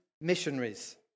missionaries